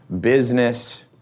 business